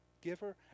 giver